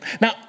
Now